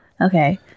okay